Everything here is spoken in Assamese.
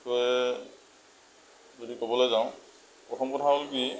বিষয়ে যদি কবলৈ যাওঁ প্ৰথম কথা হ'ল কি